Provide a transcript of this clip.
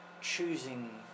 choosing